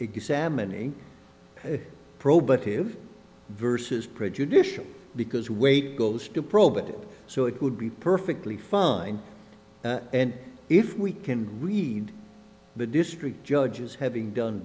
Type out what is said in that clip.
you versus prejudicial because weight goes to prohibit it so it would be perfectly fine and if we can read the district judges having done